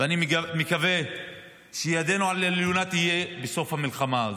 ואני מקווה שידינו תהיה על העליונה בסוף המלחמה הזאת.